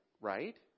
right